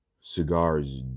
Cigars